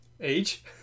Age